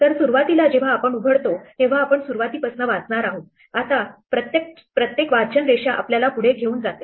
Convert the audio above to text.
तर सुरुवातीला जेव्हा आपण उघडतो तेव्हा आपण सुरुवातीपासून वाचणार आहोत आता प्रत्येक वाचनरेषा आपल्याला पुढे घेऊन जाते